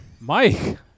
Mike